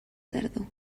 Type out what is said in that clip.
tardor